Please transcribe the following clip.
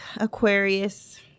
Aquarius